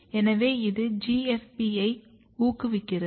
எனவே இது GFP யை ஊக்குவிக்கிறது